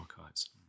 archives